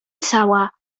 cała